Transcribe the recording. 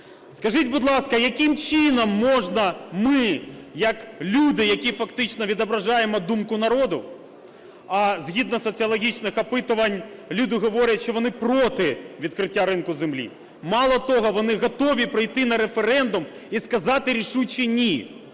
Скажіть, будь ласка, яким чином можна, ми, як люди, які фактично відображаємо думку народу, а згідно соціологічних опитувань люди говорять, що вони проти відкриття ринку землі. Мало того, вони готові прийти на референдум і сказати рішуче ні.